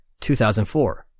2004